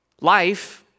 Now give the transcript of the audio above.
life